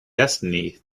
destiny